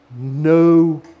no